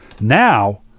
Now